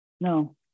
no